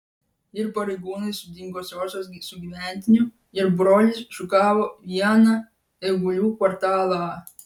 ir pareigūnai su dingusiosios sugyventiniu ir broliais šukavo vieną eigulių kvartalą